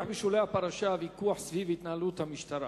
בשולי הפרשה ויכוח סביב התנהלות המשטרה.